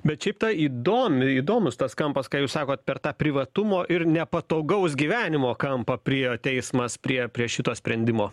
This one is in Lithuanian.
bet šiaip ta įdomi įdomus tas kampas ką jūs sakot per tą privatumo ir nepatogaus gyvenimo kampą priėjo teismas prie prie šito sprendimo